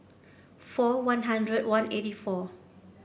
four One Hundred one eighty four